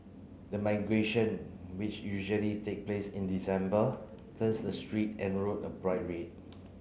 the migration which usually take place in December turns the street and road a bright red